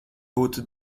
būtu